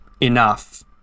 Enough